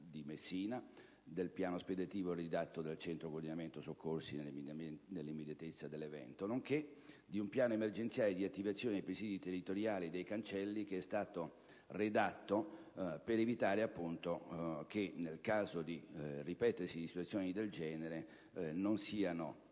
di Messina, dal piano speditivo redatto dal centro coordinamento soccorsi nell'immediatezza dell'evento, nonché da un piano emergenziale di attivazione dei presidi territoriali e dei cancelli redatto in funzione del fatto che, con il ripetersi di fenomeni del genere, siano